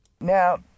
Now